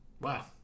Wow